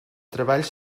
treballs